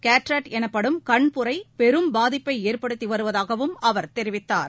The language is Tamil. கேட்ராட் எனப்படும் கண்புரைபெரும் பாதிப்பைஏற்படுத்திவருவதாகவும் அவர் தெரிவித்தார்